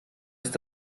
ist